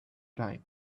time